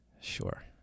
Sure